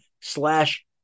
slash